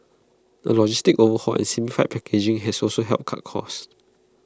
A logistics overhaul and simplified packaging have also helped cut costs